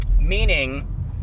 meaning